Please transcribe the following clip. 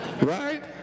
Right